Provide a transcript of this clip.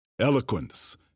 Eloquence